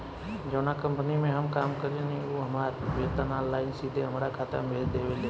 जावना कंपनी में हम काम करेनी उ हमार वेतन ऑनलाइन सीधे हमरा खाता में भेज देवेले